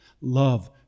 love